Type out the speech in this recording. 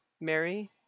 Mary